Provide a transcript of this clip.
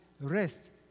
rest